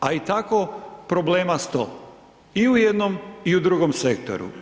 A i tako problema 100 i u jednom i u drugom sektoru.